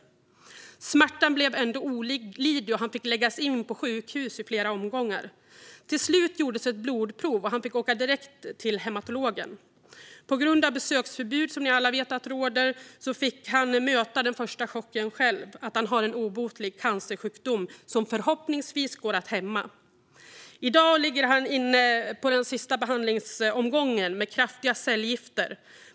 Men smärtan blev olidlig, och han fick läggas in på sjukhus i flera omgångar. Till slut togs ett blodprov, och han fick åka direkt till hematologen. På grund av besöksförbud, som ni alla vet råder, fick han möta den första chocken själv: att han har en obotlig cancersjukdom som förhoppningsvis går att hämma. I dag ligger han inne för den sista omgången behandling med kraftiga cellgifter.